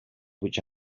which